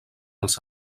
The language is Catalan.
els